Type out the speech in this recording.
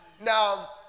now